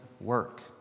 work